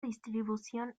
distribución